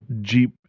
jeep